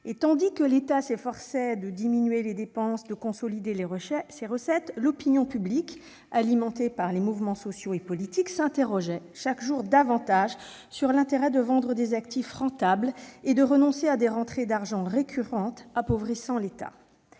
Tandis que l'État s'efforçait de diminuer ses dépenses et de consolider ses recettes, l'opinion publique, alimentée par les mouvements sociaux et politiques, s'interrogeait chaque jour davantage sur l'intérêt de vendre des actifs rentables et de renoncer à des rentrées d'argent récurrentes, appauvrissant l'État.